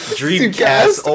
dreamcast